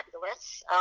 fabulous